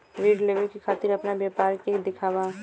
ऋण लेवे के खातिर अपना व्यापार के दिखावा?